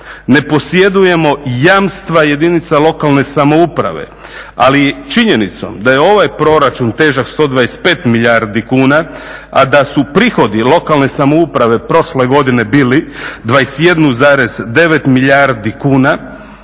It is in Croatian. Ne posjedujemo jamstva jedinica lokalne samouprave ali činjenicom da je ovaj proračun težak 125 milijardi kuna a da su prihodi lokalne samouprave prošle godine bili 21,9 milijardi kuna,